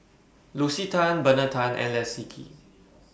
Lucy Tan Bernard Tan and Leslie Kee